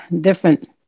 different